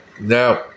Now